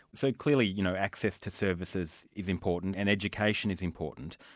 so clearly, you know access to services is important, and education is important.